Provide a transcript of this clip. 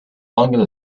longer